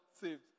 saved